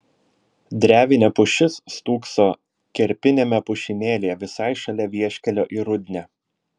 drevinė pušis stūkso kerpiniame pušynėlyje visai šalia vieškelio į rudnią